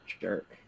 jerk